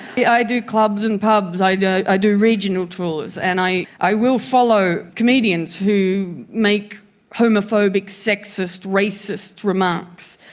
yeah i do clubs and pubs, i and i do regional tours, and i i will follow comedians who make homophobic, sexist, racist remarks.